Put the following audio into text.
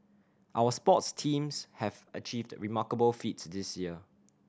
our sports teams have achieved remarkable feats this year